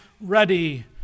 ready